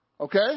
Okay